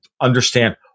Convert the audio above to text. understand